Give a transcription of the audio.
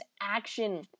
action